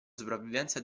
sopravvivenza